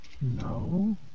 No